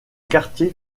quartier